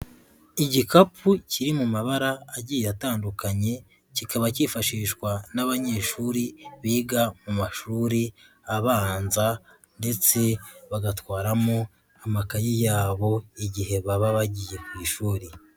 Igikapu kiri mu mabara agiye atandukanye kikaba cyifashishwa n'abanyeshuri biga mu mashuri abanza, ndetse bagatwaramo amakaye yabo igihe baba bagiye ku ishuri.